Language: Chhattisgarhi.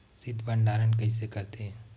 शीत भंडारण कइसे करथे?